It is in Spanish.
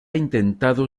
intentado